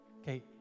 Okay